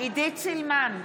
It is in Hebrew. עידית סילמן,